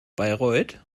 bayreuth